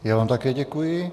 Já vám také děkuji.